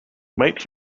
might